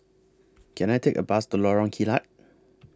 Can I Take A Bus to Lorong Kilat